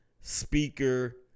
speaker